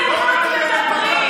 אתם רק מדברים,